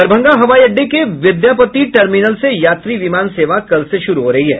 दरभंगा हवाई अड़डे के विद्यापति टर्मिनल से यात्री विमान सेवा कल से शुरू हो रही है